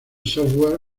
software